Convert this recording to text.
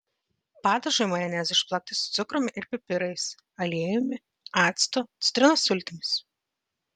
padažui majonezą išplakti su cukrumi ir pipirais aliejumi actu citrinos sultimis